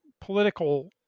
political